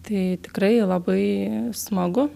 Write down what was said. tai tikrai labai smagu